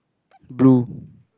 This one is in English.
blue